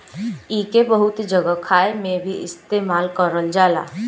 एइके बहुत जगह खाए मे भी इस्तेमाल करल जाला